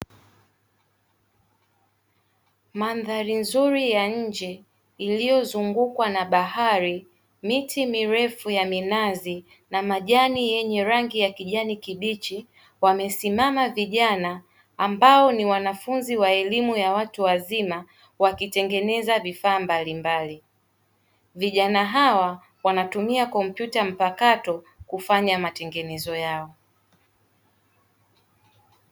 Mandhari nzuri ya nje iliyozungukwa na bahari, miti mirefu ya minazi na majani yenye rangi ya kijani kibichi wamesimama vijana ambao ni wanafunzi wa elimu ya watu wazima wakitengeneza vifaa vya mbalimbali. Vijana hawa wanatumia kompyuta mpakato kufanya matengenezo yao.